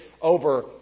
over